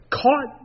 caught